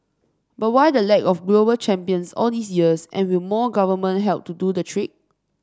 but why the lack of global champions all these years and will more government help to do the trick